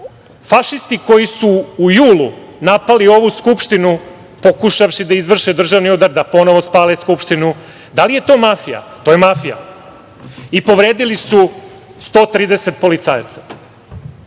fašisti koji su u julu napali ovu Skupštinu pokušavši da izvrše državni udar, da ponovo spale Skupštinu, da li je to mafija? To je mafija. Povredili su 130 policajaca. Na